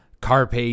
Carpe